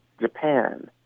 Japan